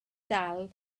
dal